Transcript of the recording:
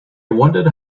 wondered